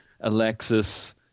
Alexis